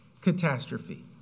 catastrophe